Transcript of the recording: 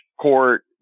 court